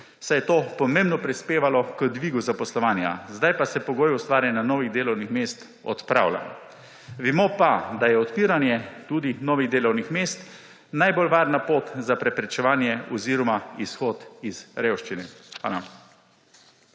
saj je to pomembno prispevalo k dvigu zaposlovanja, zdaj pa se pogoj ustvarjanja novih delovnih mest odpravlja. Vemo pa, da je odpiranje tudi novih delovnih mest najbolj varna pot za preprečevanje oziroma izhod iz revščine.